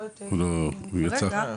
הוא יצא רגע.